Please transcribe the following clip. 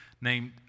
named